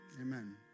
Amen